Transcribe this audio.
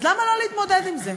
אז למה לא להתמודד עם זה?